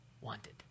Wanted